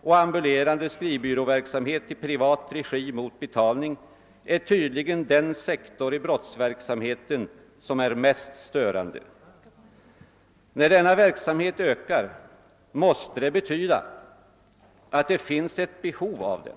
och ambulerande skrivbyråverksamhet i privat regi mot betalning är tydligen den sektor i brottsverksamheten som är mest stö rande. När denna verksamhet ökar måste det betyda att det finns ett behov av den.